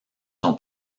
son